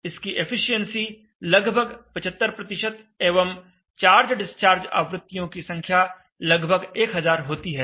इसकी एफिशिएंसी लगभग 75 एवं चार्ज डिस्चार्ज आवृत्तियों की संख्या लगभग 1000 होती है